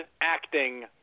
acting